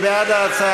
מי בעד ההצעה?